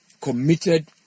committed